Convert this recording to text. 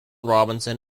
robinson